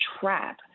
trap